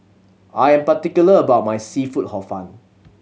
I am particular about my seafood Hor Fun